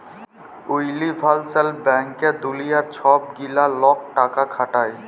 universal ব্যাংকে দুলিয়ার ছব গিলা লক টাকা খাটায়